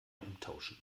umtauschen